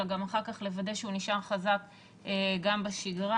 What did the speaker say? אלא גם אחר כך לוודא שהוא נשאר חזק גם בשגרה.